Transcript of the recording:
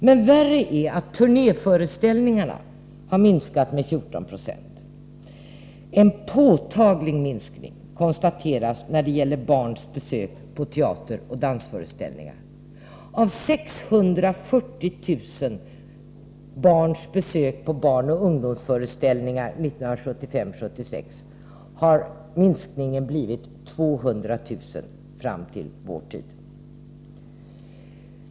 Men värre är att turnéföreställningarna har minskat med 14 96. En påtaglig minskning konstateras när det gäller barns besök på teateroch dansföreställningar. Av 640 000 barns besök på barnoch ungdomsföreställningar 1975-1976 har minskningen blivit 200 000 fram till vår tid.